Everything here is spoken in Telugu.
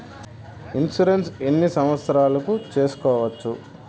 ఇన్సూరెన్సు ఎన్ని సంవత్సరాలకు సేసుకోవచ్చు?